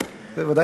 בוודאי,